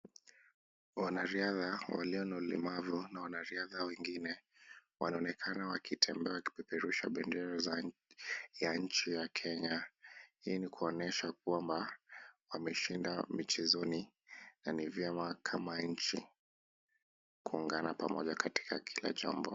Wanariadha walio na ulemevu na wanariadha wengine wanaonekana wakitembea wakipeperusha bendera ya nchi ya Kenya ,hii ni kuonyesha kwamba wameshinda michezoni na ni vyema kama nchi kuunguna pamoja katika kila jambo .